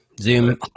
Zoom